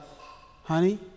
honey